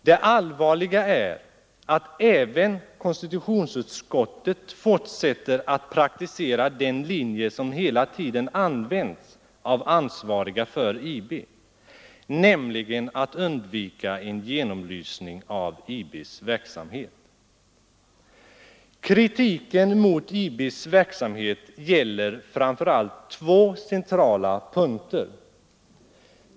Det allvarliga är att även konstitutionsutskottet fortsätter att praktisera den linje som hela tiden använts av ansvariga för IB, nämligen att undvika en genomlysning av IB:s verksamhet. Kritiken mot IB:s verksamhet gäller framför allt två centrala punkter.